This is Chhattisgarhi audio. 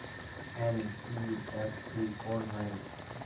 एन.ई.एफ.टी कौन होएल?